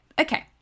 Okay